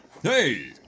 Hey